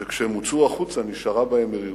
וכשהם הוצאו החוצה נשארה בהם מרירות.